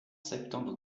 septembre